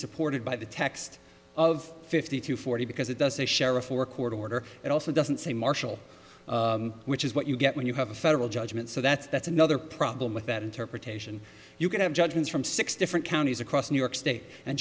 supported by the text of fifty to forty because it does a sheriff or a court order it also doesn't say marshall which is what you get when you have a federal judgment so that's that's another problem with that interpretation you can have judgments from six different counties across new york state and